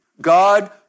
God